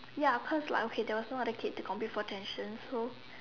ya cause like okay there was no other kid to compete for attention so